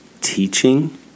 teaching